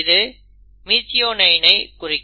இது மிதியோனைன்னை குறிக்கும்